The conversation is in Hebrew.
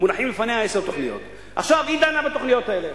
היא דנה בתוכניות האלה.